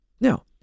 Now